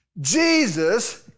Jesus